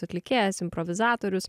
atlikėjas improvizatorius